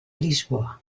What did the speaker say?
lisboa